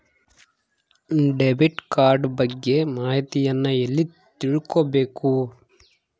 Debit card ಬಗ್ಗೆ ಮಾಹಿತಿಯನ್ನ ಎಲ್ಲಿ ತಿಳ್ಕೊಬೇಕು?